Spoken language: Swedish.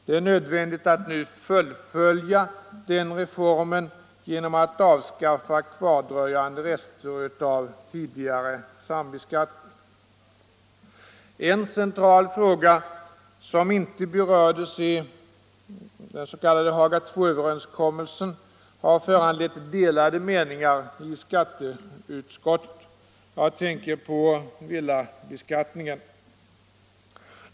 Det är nödvändigt att nu fullfölja den reformen genom att avskaffa kvardröjande rester av tidigare sambeskattning. En central fråga som inte berördes i den s.k. Haga Il-överenskommelsen har föranlett delade meningar i skatteutskottet. Jag tänker på villabeskattningen.